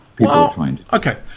Okay